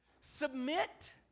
Submit